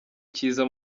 kiza